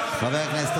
חבורה של אפסים,